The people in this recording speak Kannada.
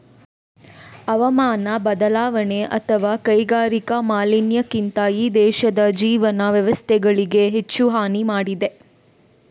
ಹವಾಮಾನ ಬದಲಾವಣೆ ಅಥವಾ ಕೈಗಾರಿಕಾ ಮಾಲಿನ್ಯಕ್ಕಿಂತ ಈ ದೇಶದ ಜೀವನ ವ್ಯವಸ್ಥೆಗಳಿಗೆ ಹೆಚ್ಚು ಹಾನಿ ಮಾಡಿದೆ